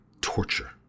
torture